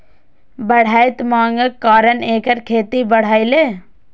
बढ़ैत मांगक कारण एकर खेती बढ़लैए